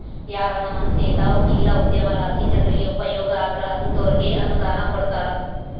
ಯಾರಾನ ಮನ್ಸೇತ ಇಲ್ಲ ಉದ್ಯಮಲಾಸಿ ಜನ್ರಿಗೆ ಉಪಯೋಗ ಆದ್ರ ಅಂತೋರ್ಗೆ ಅನುದಾನ ಕೊಡ್ತಾರ